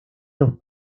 los